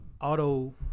auto